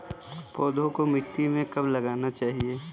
पौधों को मिट्टी में कब लगाना चाहिए?